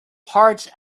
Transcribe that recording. parts